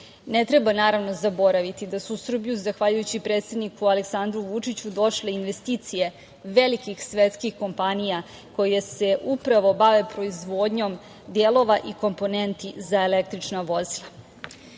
treba, naravno zaboraviti da su u Srbiju zahvaljujući predsedniku Aleksandru Vučiću došle investicije velikih svetskih kompanija koje se upravo bave proizvodnjom delova i komponenti za električna vozila. Uvažena